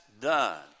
done